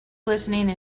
listening